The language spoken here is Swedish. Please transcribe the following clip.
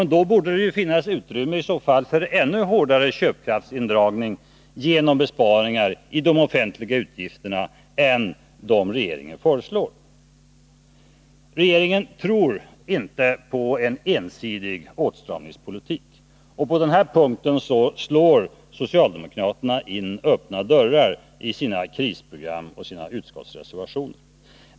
Men i så fall borde det ju finnas utrymme för ännu hårdare köpkraftsindragning genom besparingar i de offentliga utgifterna än vad regeringen föreslår. Regeringen tror inte på en ensidig åtstramningspolitik. På den punkten slår socialdemokraterna in öppna dörrar i sina krisprogram och i sina utskottsreservationer.